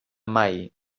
mai